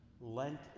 Lent